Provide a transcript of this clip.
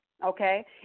Okay